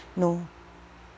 no